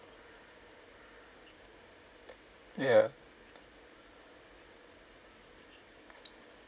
ya